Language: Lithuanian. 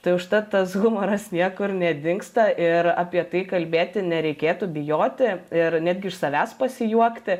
tai užtat tas humoras niekur nedingsta ir apie tai kalbėti nereikėtų bijoti ir netgi iš savęs pasijuokti